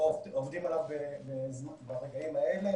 זה דבר שעובדים עליו ברגעים האלה.